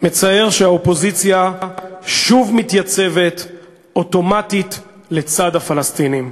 מצער שהאופוזיציה שוב מתייצבת אוטומטית לצד הפלסטינים,